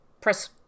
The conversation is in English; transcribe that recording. press